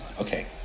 Okay